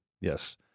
yes